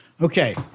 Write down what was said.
Okay